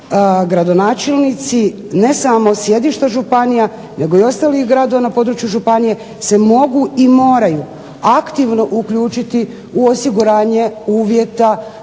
gradonačelnici ne samo sjedišta županija nego i ostalih gradova na području županije se mogu i moraju aktivno uključiti u osiguranje uvjeta